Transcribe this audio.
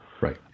Right